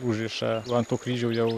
užriša ant to kryžio jau